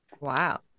Wow